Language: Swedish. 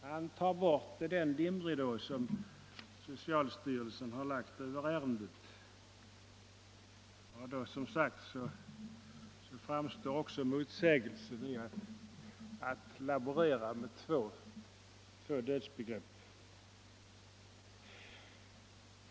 Han tar bort den dimridå som socialstyrelsen har lagt över ärendet, och därmed framstår också motsägelsen i att laborera med två dödsbegrepp desto tydligare.